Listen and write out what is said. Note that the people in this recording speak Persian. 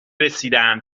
رسیدن